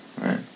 right